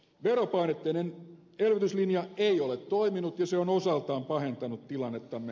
veropainotteinen elvytyslinja ei ole toiminut ja se on osaltaan pahentanut tilannettamme